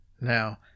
Now